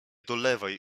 dolewaj